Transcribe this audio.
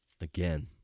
again